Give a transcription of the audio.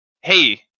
hey